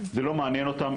זה לא מעניין אותם,